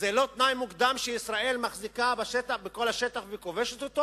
זה לא תנאי מוקדם שישראל מחזיקה בכל השטח וכובשת אותו?